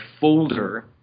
folder